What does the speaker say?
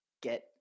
get